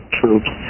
troops